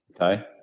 okay